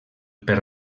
per